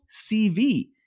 CV